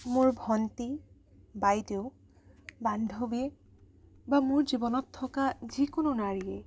মোৰ ভন্টী বাইদেউ বান্ধৱী বা মোৰ জীৱনত থকা যিকোনো নাৰীয়ে